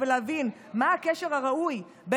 חברים,